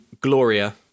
Gloria